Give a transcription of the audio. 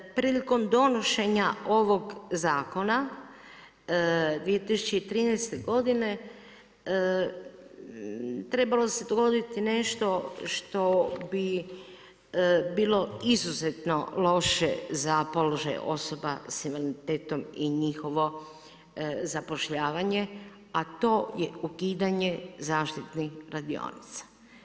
Prilikom donošenja ovog zakona 2013. godine trebalo se dogoditi nešto što bi bilo izuzetno loše za položaj osoba sa invaliditetom i njihovo zapošljavanje a to je ukidanje zaštitnih radionica.